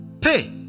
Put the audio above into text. pay